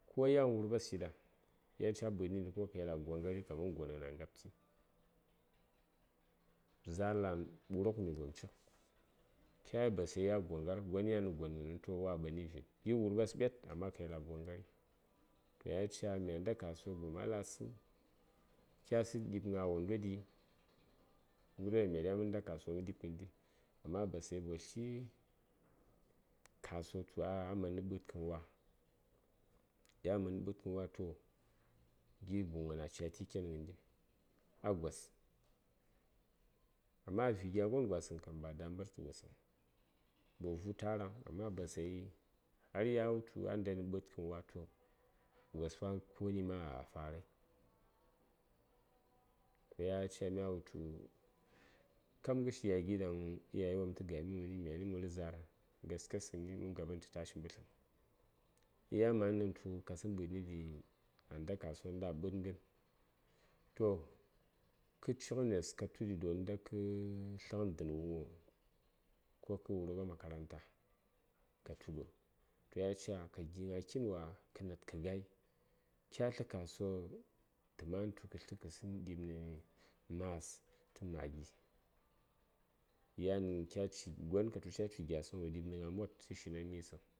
koyan wurɓas yiɗa yan ca ɓə:dnən ɗi kayel a gwaŋgari kamangonghəna ngabti za:r land ɓuruk migom cik kya yel dashi ɗan a gwaŋgar gon yan nə gonghənəŋ toh wa a ɓani vin yir wurɓas ɓet amma kayel a gwaŋgari toh yanca mya nda kasuwa gom a latsə kya səŋ ɗi:b gna wondo ɗi ghərwon ɗaŋ mya diya mə nda kasuwa mə di:b ghəndi amma basayi gos tli kasuwa tu ah a man nə ɓədkən wa ya man nə ɓədkən wa toh gi buŋgən a cati ken ghəndi a gos amma yan vi: gya gon kam bawo dambartə gosəŋ domin ba wo vu:tə a raŋ amma basayi har ya wum tu a ndai nə ɓədkən wa toh gos fa koni a farai yan a ca mya wultu kab ghəshi gya gi ɗaŋ iyaye wopm tə gami mənən myani mərghə za:r gaskes kəndi mə ngaɓəntə tashi mbətləm ya ma:n ɗan tu kasəŋ ɓa:d nə ɗi a nda kasuwa nda ɓə:d ghən toh kə cighənes ka tuɗi ɗo unda tləghən dən wuŋoh ko kə wurɓa makaranta ka tuɗo yan aca ka gi gna kin wa ka nad ka gayi kya tlə kasuwa t; ma:n tukə tlə nə mas tə maggi yan kya gon katu ca ci gyasəŋ wo di:b nə mod sən shin a misəŋ